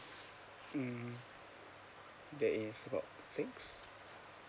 hmm that is about six